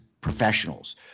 professionals